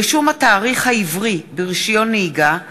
(רישום התאריך העברי ברישיון הנהיגה),